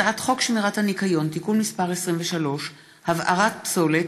הצעת חוק שמירת הניקיון (תיקון מס' 23) (הבערת פסולת),